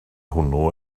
hwnnw